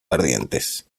ardientes